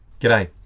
G'day